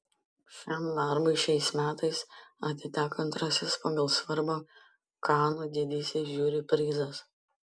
šiam darbui šiais metais atiteko antrasis pagal svarbą kanų didysis žiuri prizas